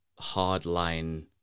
hardline